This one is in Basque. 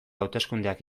hauteskundeak